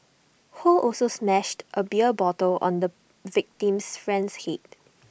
ho also smashed A beer bottle on the victim's friend's Head